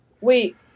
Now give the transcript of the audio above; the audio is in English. wait